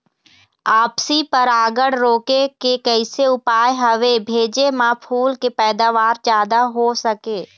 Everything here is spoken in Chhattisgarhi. आपसी परागण रोके के कैसे उपाय हवे भेजे मा फूल के पैदावार जादा हों सके?